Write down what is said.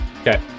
Okay